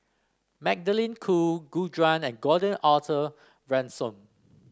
Magdalene Khoo Gu Juan and Gordon Arthur Ransome